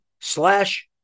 slash